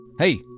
Hey